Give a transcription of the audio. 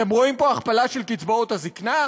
אתם רואים פה הכפלה של קצבאות הזיקנה?